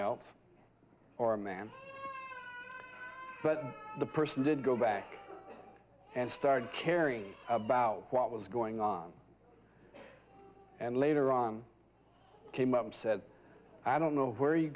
else or a man but the person did go back and start caring about what was going on and later on came up and said i don't know where